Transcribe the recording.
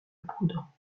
poudre